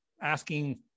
asking